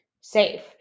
safe